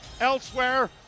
elsewhere